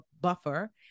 buffer